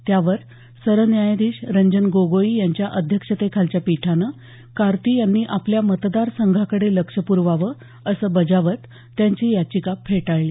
त्यावर सरन्यायाधीश रंजन गोगोई यांच्या अध्यक्षतेखालच्या पीठानं कार्ती यांनी आपल्या मतदारसंघाकडे लक्ष प्रवाव असं बजावत त्यांची याचिका फेटाळली